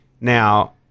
now